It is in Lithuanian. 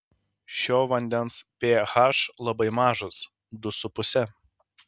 šio vandens ph labai mažas du su puse